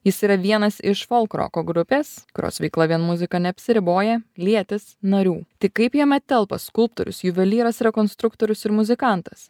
jis yra vienas iš folkroko grupes kurios veikla vien muzika neapsiriboja lietis narių tai kaip jame telpa skulptorius juvelyras rekonstruktorius ir muzikantas